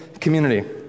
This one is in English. community